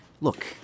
Look